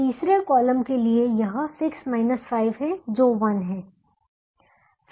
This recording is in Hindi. तीसरे कॉलम के लिए यह 6 5 है जो 1 है